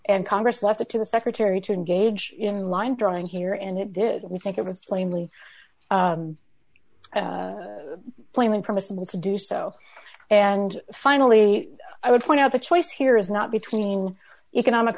and congress left it to the secretary to engage in line drawing here and it did we think it was plainly plainly permissible to do so and finally i would point out the choice here is not between economic